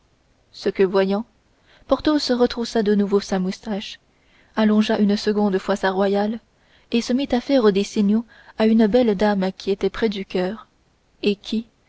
ce que voyant porthos retroussa de nouveau sa moustache allongea une seconde fois sa royale et se mit à faire des signaux à une belle dame qui était près du choeur et qui